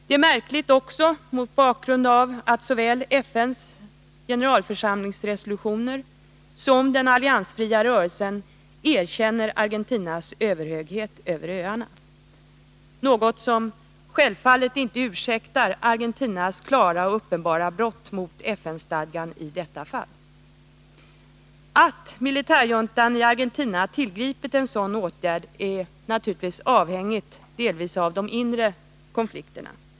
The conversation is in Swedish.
Det är märkligt också mot bakgrund av att såväl FN i sina generalförsamlingsresolutioner som den alliansfria rörelsen erkänner Argentinas överhöghet över öarna. Men det ursäktar självfallet inte Argentinas klara och uppenbara brott mot FN-stadgan i detta fall. Att militärjuntan i Argentina tillgripit en sådan här åtgärd är delvis avhängigt av de inre oroligheterna.